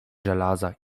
żelaza